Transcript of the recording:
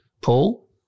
Paul